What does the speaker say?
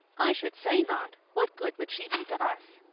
i should say not. what good would she be to us?